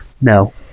No